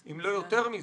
אם לא יותר מזה,